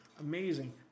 amazing